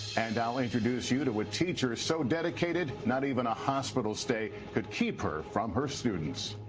and i'll introduce you to a teacher so dedicated not even a hospital stay could keep her from her students.